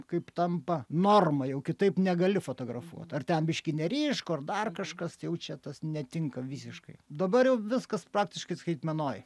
kaip tampa norma jau kitaip negali fotografuot ar ten biškį neryšku ar dar kažkas jau čia tas netinka visiškai dabar jau viskas praktiškai skaitmenoj